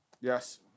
Yes